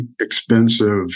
expensive